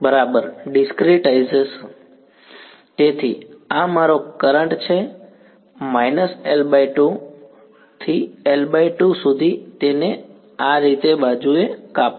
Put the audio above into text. બરાબર ડિસ્ક્રિટાઇઝ તેથી આ મારો કરંટ છે L2 થી L2 સુધી તેને આ N રીતે બાજુએ કાપો